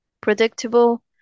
predictable